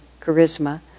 charisma